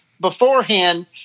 beforehand